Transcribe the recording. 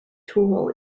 tool